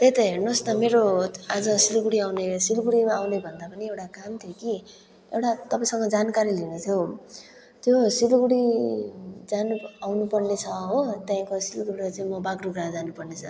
त्यही त हेर्नुहोस् न मेरो आज सिलगढी आउने सिलगढीमा आउने भन्दा पनि एउटा काम थियो कि एउटा तपाईँसँग जानकारी लिनु थियो हौ त्यो सिलगढी जानु आउनुपर्नेछ हो त्यहीँको सिलगढीबाट चाहिँ म बागडुग्रा जानुपर्नेछ